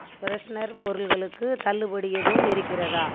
freshener பொருட்களுக்கு தள்ளுபடி எதுவும் இருக்கிறதா